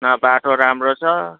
न बाटो राम्रो छ